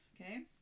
okay